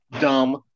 dumb